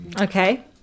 Okay